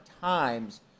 times